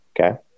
Okay